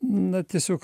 na tiesiog